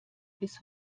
bis